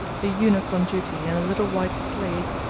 the eunuch on duty and a little white slave,